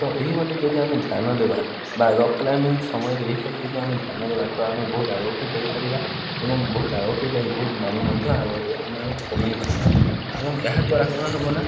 ତ ଏହିଭଳି ଯଦି ଆମେ ଧ୍ୟାନ ଦେବା ବା ରକ୍ କ୍ଲାଇମ୍ବିଙ୍ଗ ସମୟରେ ଏହିପରି ଯଦି ଆମେ ଧ୍ୟାନ ଦେବା ତ ଆମେ ବହୁତ ଆଗକୁ ଯାଇପାରିବା ଏବଂ ବହୁତ ଆଗକୁ ଯାଇ ବହୁତ ନାମ ମଧ୍ୟ ଆଗରେ ଆମେ ଆମେ କମାଇପାରିବା ଏବଂ ଏହାଦ୍ୱାରା କ'ଣ ହେବ ନା